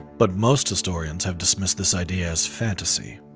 but most historians have dismissed this idea as fantasy.